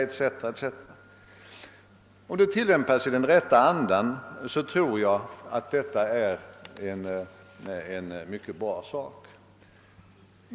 Om de nya reglerna tilllämpas i den rätta andan, tror jag det är en mycket bra sak.